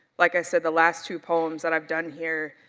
like i said, the last two poems that i've done here,